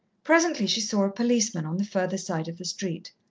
presently she saw a policeman on the further side of the street.